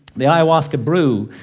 the ayahuasca brew